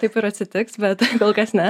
taip ir atsitiks bet kol kas ne